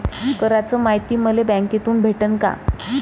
कराच मायती मले बँकेतून भेटन का?